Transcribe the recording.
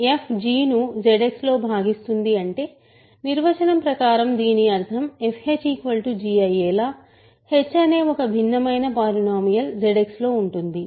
f g ను ZX లో భాగిస్తుంది అంటే నిర్వచనం ప్రకారం దీని అర్థం fh g అయ్యేలా h అనే ఒక భిన్నమైన పాలినోమియల్ ZX లో ఉంటుంది